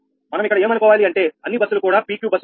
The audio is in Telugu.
మనం ఇక్కడ ఏమనుకోవాలి అంటే అన్ని బస్సులు కూడా PQ బస్సు లు గా